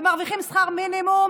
ומרוויחים שכר מינימום,